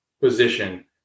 position